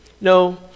No